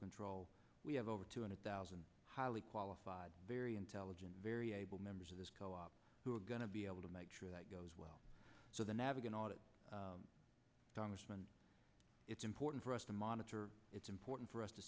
control we have over two hundred thousand highly qualified very intelligent very able members of this co op who are going to be able to make sure that goes well so the navigon audit it's important for us to monitor it's important for us to